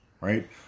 right